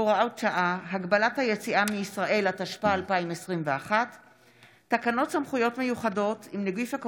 הצעת חוק בתי המשפט (תיקון, מחלקות לעבירות